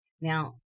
now